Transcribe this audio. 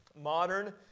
Modern